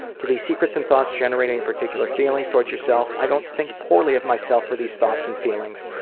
do these secrets and thoughts generate any particular feelings towards yourself? i don't think poorly of myself for these thoughts and feelings.